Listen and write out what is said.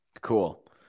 Cool